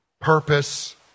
purpose